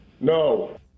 no